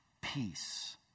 peace